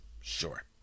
sure